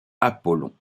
apollon